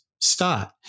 start